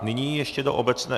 Nyní ještě do obecné...